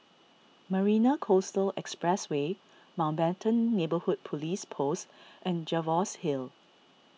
Marina Coastal Expressway Mountbatten Neighbourhood Police Post and Jervois Hill